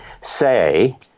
say